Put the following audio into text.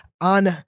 on